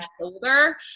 shoulder